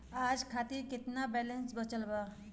आज खातिर केतना बैलैंस बचल बा?